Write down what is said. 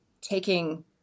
taking